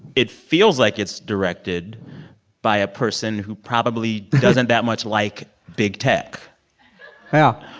it feels like it's directed by a person who probably doesn't that much like big tech yeah